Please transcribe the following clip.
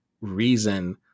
reason